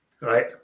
Right